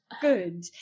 good